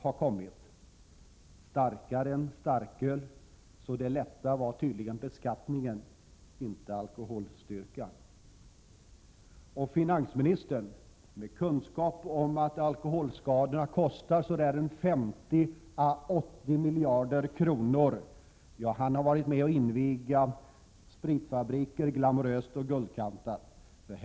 Vinet är starkare än starköl, så det lätta var tydligen beskattningen — inte alkoholstyrkan. Finansministern har, med sina kunskaper om att alkoholskadorna kostar ca 50-80 miljarder kronor, varit med om att under glamorösa och guldkantade omständigheter inviga spritfabriker.